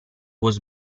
was